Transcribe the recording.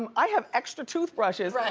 um i have extra toothbrushes.